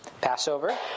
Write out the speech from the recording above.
Passover